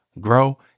grow